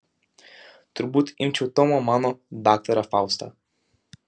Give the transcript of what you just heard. turbūt imčiau tomo mano daktarą faustą